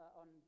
on